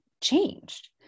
changed